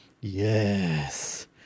yes